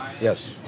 Yes